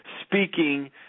Speaking